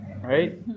Right